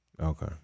Okay